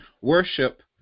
worship